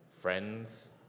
friends